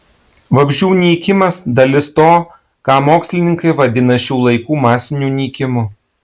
vabzdžių nykimas dalis to ką mokslininkai vadina šių laikų masiniu nykimu